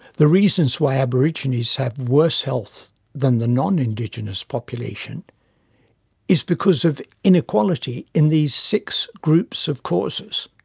the reasons why aborigines have worse health than the non-indigenous population is because of inequality in these six groups of causes.